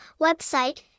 Website